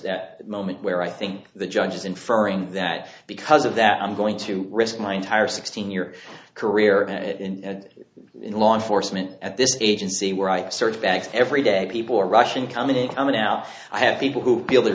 that moment where i think the judge is inferring that because of that i'm going to risk my entire sixteen year career in law enforcement at this agency where i search banks every day people are rushing coming in coming out i have people who feel they